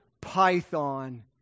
python